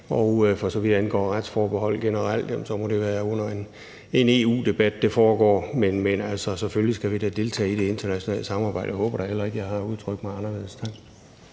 Og for så vidt angår retsforbeholdet generelt, må det være under en EU-debat, det foregår. Men selvfølgelig skal vi da deltage i det internationale samarbejde. Jeg håber da heller ikke, jeg har udtrykt mig anderledes. Kl.